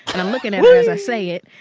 and i'm looking at her as i say it